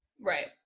right